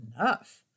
enough